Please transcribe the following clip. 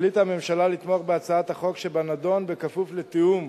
החליטה הממשלה לתמוך בהצעת החוק שבנדון בכפוף לתיאום